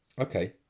Okay